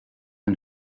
ein